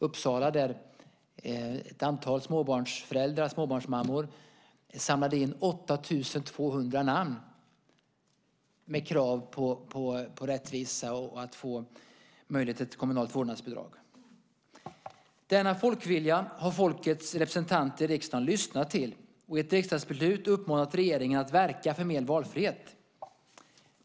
Det är Uppsala, där ett antal småbarnsmammor samlade in 8 200 namn med krav på rättvisa och att få möjligheter till kommunalt vårdnadsbidrag. Denna folkvilja har folkets representanter i riksdagen lyssnat till och i ett riksdagsbeslut uppmanat regeringen att verka för mer valfrihet.